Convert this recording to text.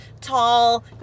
tall